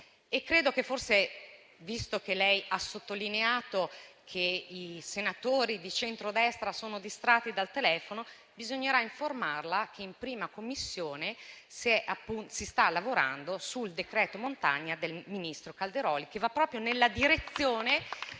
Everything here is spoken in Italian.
dalla montagna. Visto che lei ha sottolineato che i senatori di centrodestra sono distratti dal telefono, bisogna informarla che in Commissione affari costituzionali si sta lavorando sul decreto montagna del ministro Calderoli, che va proprio nella direzione